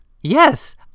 Yes